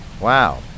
Wow